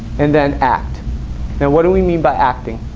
and then act and what do we mean by acting